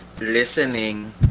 listening